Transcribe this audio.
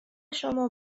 شما